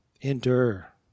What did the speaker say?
Endure